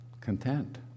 content